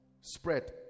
spread